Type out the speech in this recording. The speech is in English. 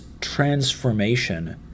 transformation